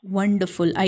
Wonderful